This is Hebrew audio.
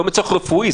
לא מצורך רפואי.